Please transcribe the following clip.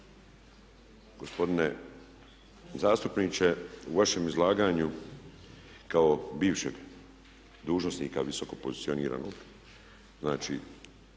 Gospodine zastupniče, u vašem izlaganju kao bivšeg dužnosnika visoko pozicioniranog, znači